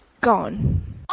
gone